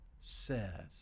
says